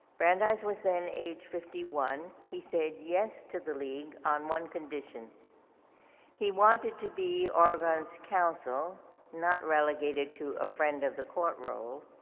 brandeis was then age fifty one. ge said yes to the league on one condition he wanted to be oregon's counsel not relegated to a friend of the court role